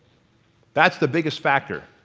that's the biggest factor.